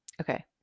Okay